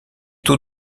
taux